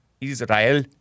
Israel